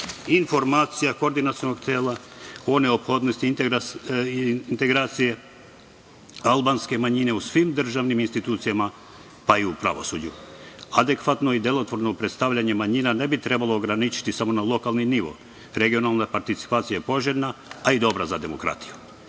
informacija koordinacionog tela o neophodnosti integracije albanske manjine u svim državnim institucijama, pa i u pravosuđu. Adekvatno i delotvorno predstavljanje manjina ne bi trebalo ograničiti samo na lokalni nivo. Regionalna participacija je poželjna, ali i dobra za demokratiju.